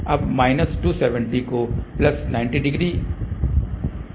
अब माइनस 270 को प्लस 90 के रूप में भी दर्शाया जा सकता है